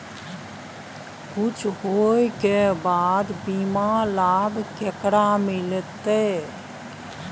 कुछ होय के बाद बीमा लाभ केकरा मिलते?